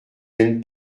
gêne